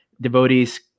devotees